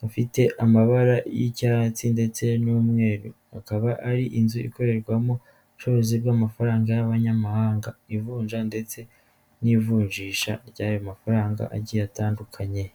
hafite amabara y'icyatsi ndetse n'umweru akaba ari inzu ikorerwamo ubucuruzi bw'amafaranga y'abanyamahanga, ivunja ndetse n'ivunjisha ry'ayo mafaranga agiye atandukanye.